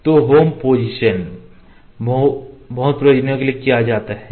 तो home position बहु प्रयोजनों के लिए किया जाता है